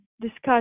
discuss